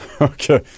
Okay